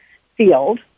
field